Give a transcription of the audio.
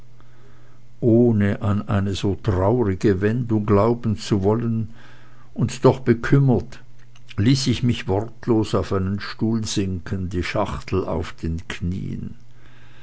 ohne an eine so traurige wendung glauben zu wollen und doch bekümmert ließ ich mich wortlos auf einen stuhl sinken die schachtel auf den knien